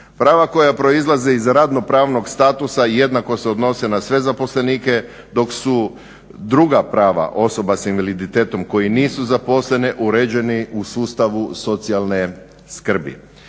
Prava koja proizlaze iz radno pravnog statusa jednako se odnose na sve zaposlenike dok su druga prava osoba sa invaliditetom koje nisu zaposlene uređeni u sustavu socijalne skrbi.